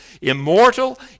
immortal